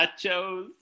nachos